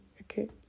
okay